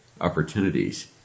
opportunities